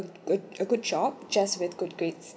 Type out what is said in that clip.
a a good job just with good grades